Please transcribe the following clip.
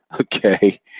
Okay